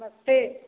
नमस्ते